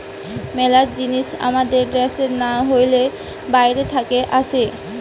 মেলা জিনিস আমাদের দ্যাশে না হলে বাইরে থাকে আসে